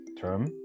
term